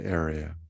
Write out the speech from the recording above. area